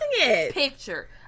picture